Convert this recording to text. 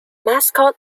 mascot